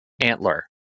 Antler